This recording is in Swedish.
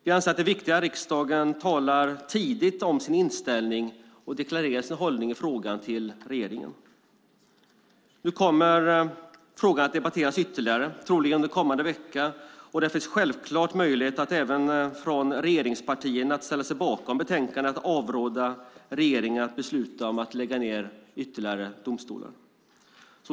Vi anser att det är viktigt att riksdagen tidigt talar om sin inställning och deklarerar sin hållning i frågan för regeringen. Frågan kommer att ytterligare debatteras, troligen under kommande vecka. Då finns självklart möjligheten även för regeringspartierna att ställa sig bakom förslaget i betänkandet och att avråda regeringen från att besluta om ytterligare nedläggning av domstolar.